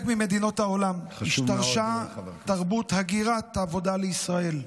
בחלק ממדינות העולם השתרשה תרבות הגירת עבודה לישראל,